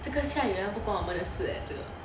这个下雨不关我们的事这个